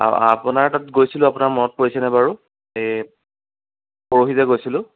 অঁ আপোনাৰ তাত গৈছিলোঁ আপোনাৰ মনত পৰিছেনে বাৰু এই পৰহি যে গৈছিলোঁ